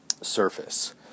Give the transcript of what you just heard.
surface